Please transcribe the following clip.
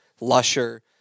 lusher